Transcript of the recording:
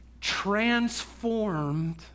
transformed